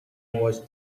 was